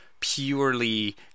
purely